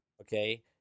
okay